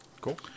Cool